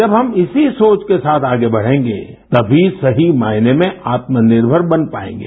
जब हम इसी सोच के साथ आगे बढ़ेंगे तमी सही मायने में आत्मनिर्भर बन पाएंगे